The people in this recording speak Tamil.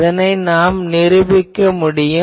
இதை நிருபிக்க முடியும்